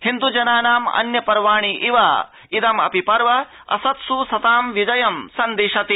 हिन्द् जनानाम् अन्य पर्वाणि इव इदम् अपि पर्व असत्स् सतां विजयं संदिशति